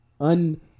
un-